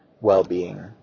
well-being